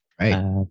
Right